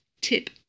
Tip